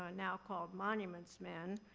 ah now called monuments men,